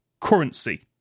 currency